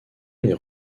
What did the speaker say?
les